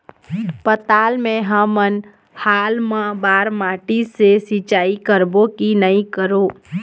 पताल मे हमन हाल मा बर माटी से सिचाई करबो की नई करों?